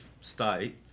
state